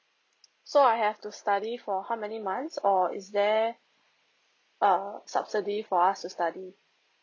so I have to study for how many months or is there err subsidy for us to study